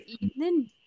evening